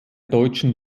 deutschen